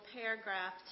paragraph